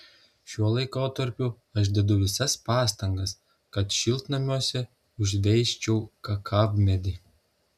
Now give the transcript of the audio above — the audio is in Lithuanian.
šiuo laikotarpiu aš dedu visas pastangas kad šiltnamiuose užveisčiau kakavmedį